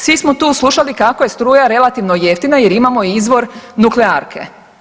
Svi smo tu slušali kako je struja relativno jeftina, jer imamo i izvor nuklearke.